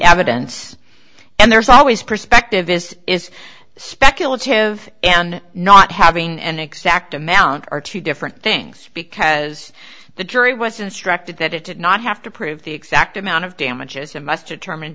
evidence and there's always perspective this is speculative and not having an extract amount are two different things because the jury was instructed that it did not have to prove the exact amount of damages and muster term in